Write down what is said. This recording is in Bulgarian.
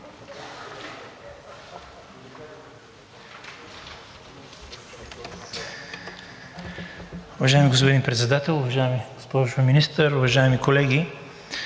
Уважаеми господин Председател, уважаема госпожо Министър, уважаеми колеги!